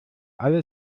alle